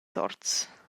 sorts